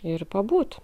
ir pabūti